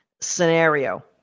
scenario